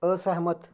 असैह्मत